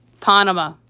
Panama